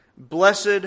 Blessed